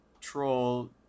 troll